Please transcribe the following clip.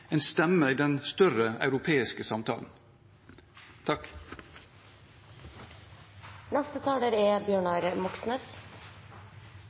en stemme i den større europeiske samtalen.